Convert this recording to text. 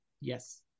yes